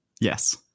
Yes